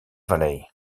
vallei